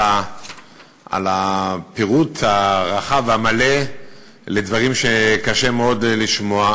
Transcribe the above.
על הפירוט הרחב והמלא של הדברים שקשה מאוד לשמוע.